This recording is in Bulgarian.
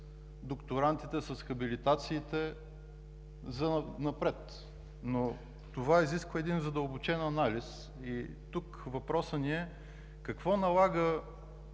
докторантите, с хабилитациите занапред. Това обаче изисква задълбочен анализ. Въпросът ни е: какво налага